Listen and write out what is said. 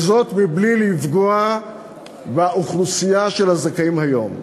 וזאת בלי לפגוע באוכלוסייה של הזכאים היום.